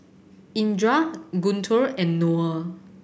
Indra Guntur and Noah